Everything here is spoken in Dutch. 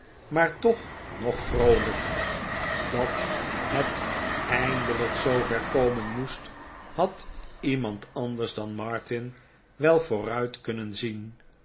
maar toch nog vroolijk dat het eindelijk zoover komen moest had iemand anders dan martin wel vooruit kunnen zien